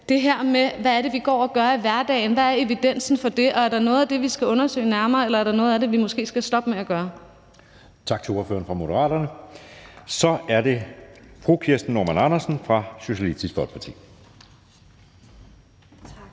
det her med, hvad det er, vi går og gør i hverdagen. Hvad er evidensen for det, og er der noget af det, vi skal undersøge nærmere, eller er der noget af det, vi måske skal stoppe med at gøre? Kl. 18:53 Anden næstformand (Jeppe Søe): Tak til ordføreren for Moderaterne. Så er det fru Kirsten Normann Andersen fra Socialistisk Folkeparti. Kl.